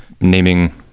naming